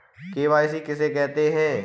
KYC किसे कहते हैं?